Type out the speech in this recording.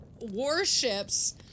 warships